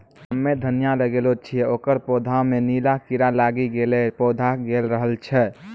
हम्मे धनिया लगैलो छियै ओकर पौधा मे नीला कीड़ा लागी गैलै पौधा गैलरहल छै?